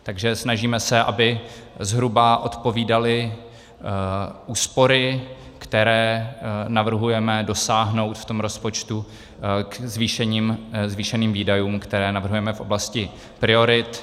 Takže snažíme se, aby zhruba odpovídaly úspory, které navrhujeme dosáhnout v tom rozpočtu, zvýšeným výdajům, které navrhujeme v oblasti priorit.